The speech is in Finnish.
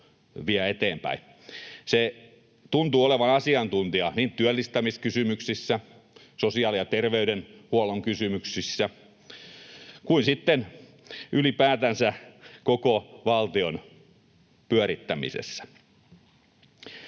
Se tuntuu olevan asiantuntija niin työllistämiskysymyksissä, sosiaali- ja terveydenhuollon kysymyksissä kuin sitten ylipäätänsä koko valtion pyörittämisessä.